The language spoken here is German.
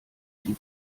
die